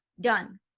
Done